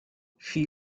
she